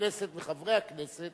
בכנסת ומחברי הכנסת